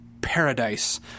paradise